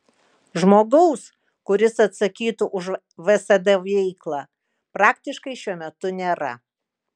žmogaus kuris atsakytų už vsd veiklą praktiškai šiuo metu nėra